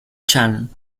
chan